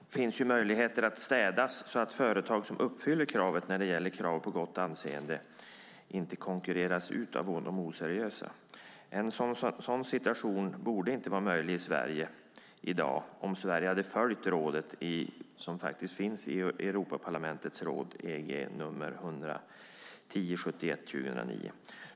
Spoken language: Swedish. Det finns möjligheter att städa branschen så att företag som uppfyller kravet på gott anseende inte konkurreras ut av de oseriösa, en situation som inte borde vara möjlig i Sverige i dag om Sverige följt råden i Europaparlamentets och rådets förordning EG nr 1071/2009.